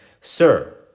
Sir